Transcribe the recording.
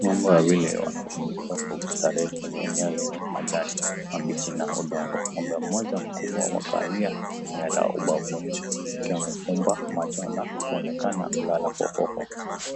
Ng'ombe wawili wanapuzika kwa kustarehe kwenye eneo lenye majani mabichi na udongo.Ng'ombe mmoja mkubwa wa kawia amelala ubavuni akiwa amevumba macho na kuonekana kulala fofofo